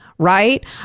Right